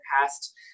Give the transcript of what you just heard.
past